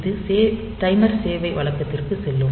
இது டைமர் சேவை வழக்கத்திற்கு செல்லும்